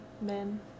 men